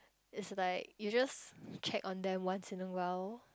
it's like you just check on them once in awhile